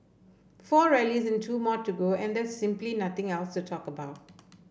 four rallies and two more to go and there is simply nothing else to talk about